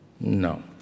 No